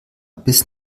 bis